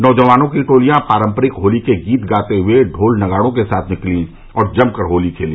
नौजवानों की टोलियां पारम्परिक होली के गीत गाते हुए ढोल नगाडों के साथ निकलीं और जमकर होली खेली